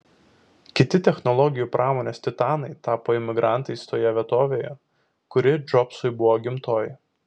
kiti technologijų pramonės titanai tapo imigrantais toje vietovėje kuri džobsui buvo gimtoji